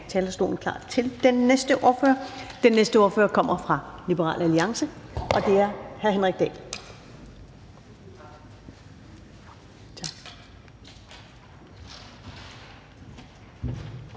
at gøre klar til den næste ordfører? Den næste ordfører kommer fra Liberal Alliance, og det er hr. Henrik Dahl.